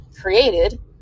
created